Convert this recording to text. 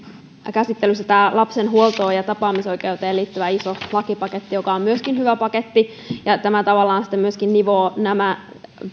tämä lapsen huoltoon ja tapaamisoikeuteen liittyvä iso lakipaketti joka on myöskin hyvä paketti tämä tavallaan sitten nivoo nämä